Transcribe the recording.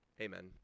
Amen